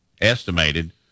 estimated